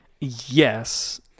Yes